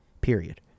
Period